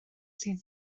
sydd